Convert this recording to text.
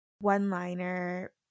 one-liner